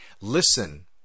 Listen